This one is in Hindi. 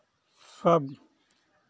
सब